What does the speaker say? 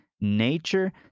nature